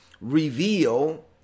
reveal